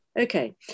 Okay